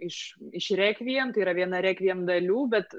iš iš rekviem vien tai yra viena rekviem dalių bet